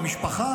למשפחה,